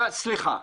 סליחה.